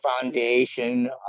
Foundation